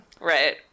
right